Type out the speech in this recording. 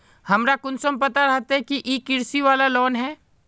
हमरा कुंसम पता रहते की इ कृषि वाला लोन है?